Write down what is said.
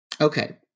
okay